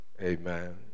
Amen